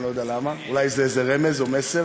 אני לא יודע למה, אולי זה רמז או מסר.